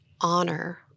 honor